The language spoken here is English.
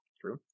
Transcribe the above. true